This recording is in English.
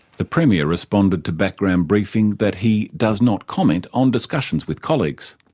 the premier responded to background briefing that he does not comment on discussions with colleagues.